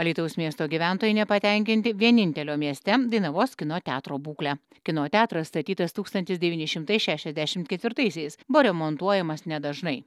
alytaus miesto gyventojai nepatenkinti vienintelio mieste dainavos kino teatro būkle kino teatras statytas tūkstantis devyni šimtai šešiasdešimt ketvirtaisiais buvo remontuojamas nedažnai